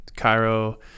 Cairo